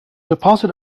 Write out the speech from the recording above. deposit